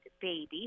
baby